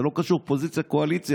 זה לא קשור לאופוזיציה קואליציה.